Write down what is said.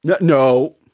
No